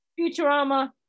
Futurama